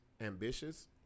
ambitious